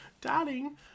Darling